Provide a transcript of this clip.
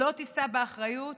לא תישא באחריות